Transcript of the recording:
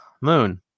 moon